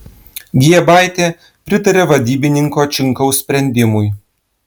giebaitė pritarė vadybininko činkaus sprendimui